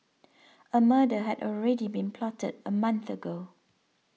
a murder had already been plotted a month ago